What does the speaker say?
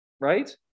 Right